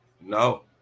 no